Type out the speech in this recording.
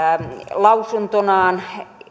lausuntonaan